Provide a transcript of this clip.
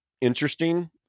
interesting